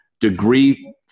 degree